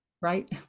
right